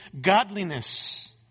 godliness